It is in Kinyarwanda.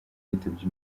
yitabye